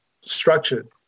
structured